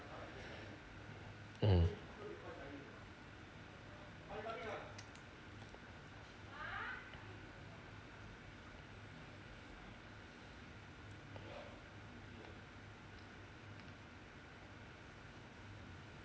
mm